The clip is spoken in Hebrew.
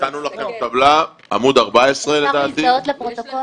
נתנו לכם טבלה, עמ' 14, לדעתי.